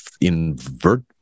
invert